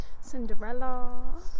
Cinderella